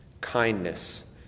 kindness